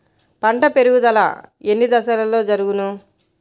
పంట పెరుగుదల ఎన్ని దశలలో జరుగును?